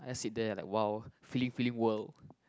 I sit there like [wah] feeling feeling world